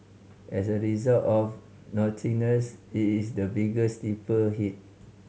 as a result of nothingness it is the biggest sleeper hit